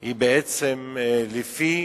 היא בעצם לפי,